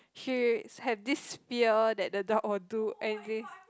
she had this fear that the dog will do anything